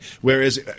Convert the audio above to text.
Whereas